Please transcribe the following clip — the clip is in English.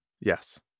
Yes